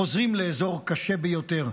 חוזרים לאזור קשה ביותר.